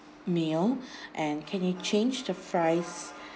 meal and can you change the fries